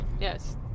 Yes